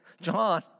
John